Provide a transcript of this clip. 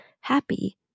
happy